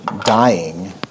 dying